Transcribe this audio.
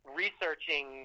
researching